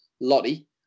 Lottie